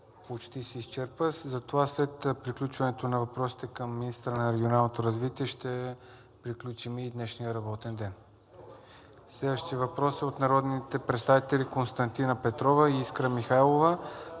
почти е изчерпано, затова след приключването на въпросите към министъра на регионалното развитие ще приключим и днешния работен ден. Следващият въпрос е от народните представители Константина Петрова и Искра Михайлова